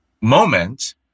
moment